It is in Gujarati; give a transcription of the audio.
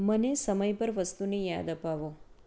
મને સમય પર વસ્તુની યાદ અપાવો